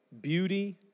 beauty